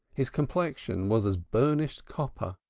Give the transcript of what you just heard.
his complexion was as burnished copper,